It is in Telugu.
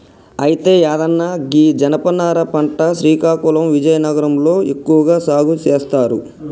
అయితే యాదన్న గీ జనపనార పంట శ్రీకాకుళం విజయనగరం లో ఎక్కువగా సాగు సేస్తారు